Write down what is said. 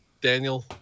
Daniel